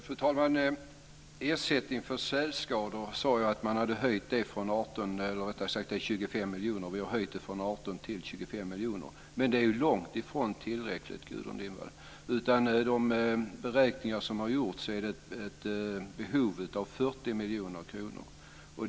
Fru talman! Vi har som jag sade höjt ersättningen för sälskador från 18 till 25 miljoner. Men det är långt ifrån tillräckligt, Gudrun Lindvall. Enligt de beräkningar som har gjorts är behovet 40 miljoner kronor.